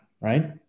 right